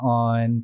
on